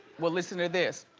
well listen to this.